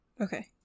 Okay